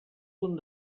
punt